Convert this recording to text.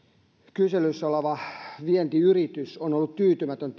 kyselyssä oleva vientiyritys on ollut tyytymätön